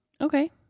Okay